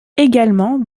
également